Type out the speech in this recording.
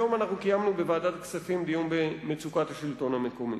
היום קיימנו בוועדת הכספים דיון במצוקת השלטון המקומי.